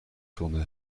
tournées